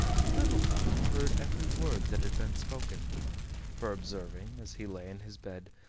little thumb heard every word that had been spoken for observing, as he lay in his bed,